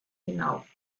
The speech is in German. hinauf